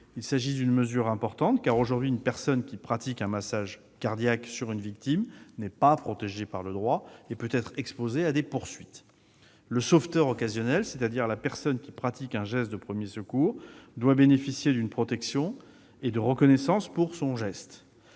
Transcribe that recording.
Il s'agit d'une mesure importante, car aujourd'hui une personne qui pratique un massage cardiaque sur une victime n'est pas protégée par le droit et peut être exposée à des poursuites. Le sauveteur occasionnel, c'est-à-dire la personne qui pratique un geste de premiers secours, doit bénéficier d'une protection et de reconnaissance pour son geste.